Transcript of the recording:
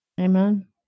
Amen